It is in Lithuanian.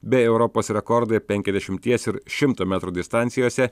bei europos rekordai penkiasdešimties ir šimto metrų distancijose